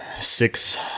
six –